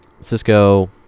Cisco